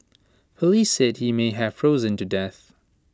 Police said he may have frozen to death